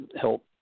help